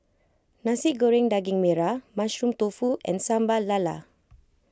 Nasi Goreng Daging Merah Mushroom Tofu and Sambal Lala